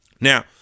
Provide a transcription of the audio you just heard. Now